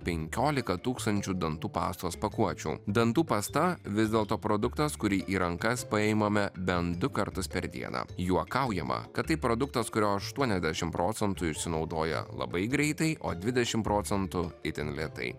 penkiolika tūkstančių dantų pastos pakuočių dantų pasta vis dėlto produktas kurį į rankas paimame bent du kartus per dieną juokaujama kad tai produktas kurio aštuoniasdešim procentų išsinaudoja labai greitai o dvidešim procentų itin lėtai